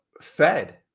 fed